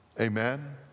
Amen